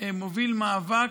מוביל מאבק,